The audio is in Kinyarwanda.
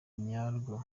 nyarwo